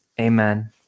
amen